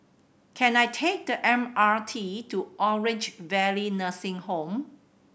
can I take the M R T to Orange Valley Nursing Home